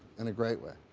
in a great way.